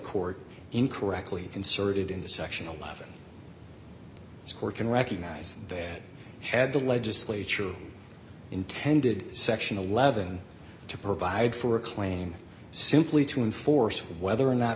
court incorrectly inserted in the section eleven score can recognize that had the legislature intended section eleven to provide for a claim simply to enforce whether or not